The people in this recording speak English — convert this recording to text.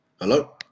hello